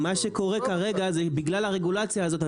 מה שקורה כרגע זה בגלל הרגולציה הזאת,